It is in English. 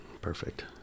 Perfect